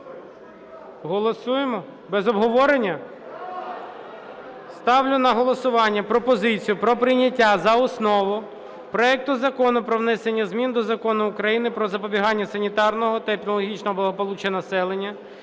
Голосуємо? Без обговорення? Ставлю на голосування пропозицію про прийняття за основу проекту Закону про внесення змін до Закону України "Про забезпечення санітарного та епідемічного благополуччя населення"